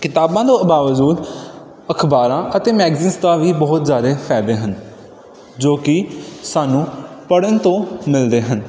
ਕਿਤਾਬਾਂ ਤੋਂ ਬਾਵਜੂਦ ਅਖ਼ਬਾਰਾਂ ਅਤੇ ਮੈਗਜ਼ੀਨ ਦਾ ਵੀ ਬਹੁਤ ਜ਼ਿਆਦਾ ਫ਼ਾਇਦੇ ਹਨ ਜੋ ਕਿ ਸਾਨੂੰ ਪੜ੍ਹਨ ਤੋਂ ਮਿਲਦੇ ਹਨ